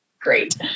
great